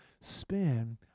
spin